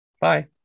Bye